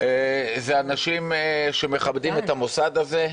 אלה אנשים שמכבדים את המוסד הזה,